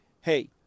hey